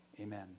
Amen